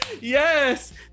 Yes